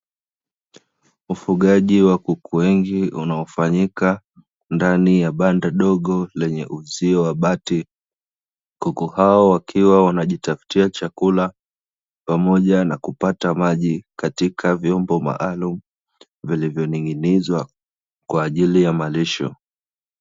Ufugaji wa kuku wengi unaofanyika ndani ya banda dogo lenye uzio wa bati, kuku hao wakiwa wanajitafutia chakula pamoja na kupata maji katika vyombo maalumu, vilivyoning'inizwa kwa ajili ya malisho.